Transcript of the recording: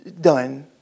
Done